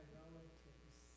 relatives